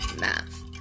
math